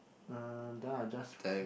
uh then I just